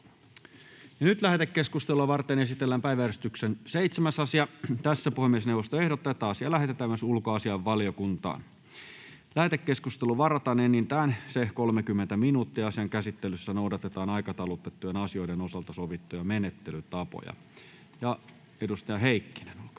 Lähetekeskustelua varten esitellään päiväjärjestyksen 7. asia. Puhemiesneuvosto ehdottaa, että asia lähetetään ulkoasiainvaliokuntaan. Lähetekeskusteluun varataan enintään 30 minuuttia ja asian käsittelyssä noudatetaan aikataulutettujen asioiden osalta sovittuja menettelytapoja. — Edustaja Heikkinen, olkaa hyvä.